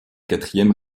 quatrième